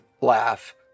laugh